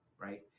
right